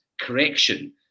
correction